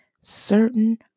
certain